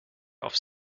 auf